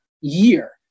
year